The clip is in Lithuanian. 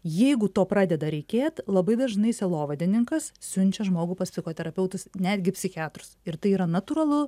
jeigu to pradeda reikėt labai dažnai sielovadininkas siunčia žmogų pas psichoterapeutus netgi psichiatrus ir tai yra natūralu